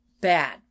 Bad